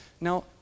now